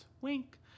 Wink